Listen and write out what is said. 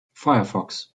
firefox